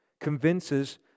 convinces